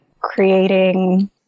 creating